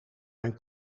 mijn